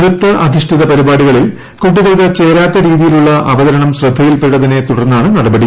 നൃത്ത അധിഷ്ഠിത പരിപാടികളിൽ കുട്ടികൾക്ക് ചേരാത്ത രീതിയിലുള്ള അവതരണം ശ്രദ്ധയിൽപ്പെട്ടതിനെ തുടർന്നാണ് നടപടി